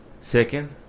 second